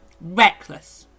Reckless